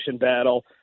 battle